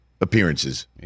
appearances